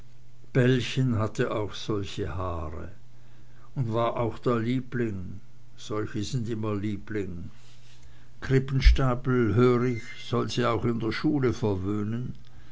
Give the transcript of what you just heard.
bellchen hatte auch solche haare und war auch der liebling solche sind immer liebling krippenstapel hör ich soll sie auch in der schule verwöhnen